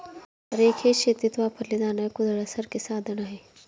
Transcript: rake हे शेतीत वापरले जाणारे कुदळासारखे साधन आहे